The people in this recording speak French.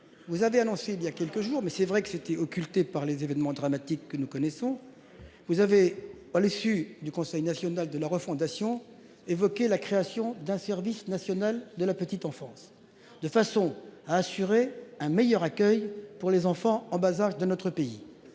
Vous avez annoncé il y a quelques jours mais c'est vrai que c'était occultée par les événements dramatiques que nous connaissons. Vous avez à l'issue du conseil national de la refondation évoqué la création d'un service national de la petite enfance, de façon à assurer un meilleur accueil pour les enfants en bas âge de notre pays.